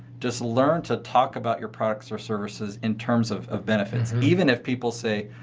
just learn to talk about your products or services in terms of of benefits. and even if people say,